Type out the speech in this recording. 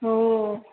हो